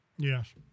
Yes